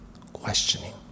questioning